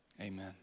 amen